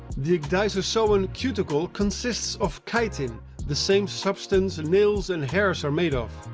the ecdysozoan cuticle consists of chitin, the same substance and nails and hairs are made of.